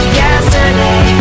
yesterday